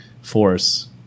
force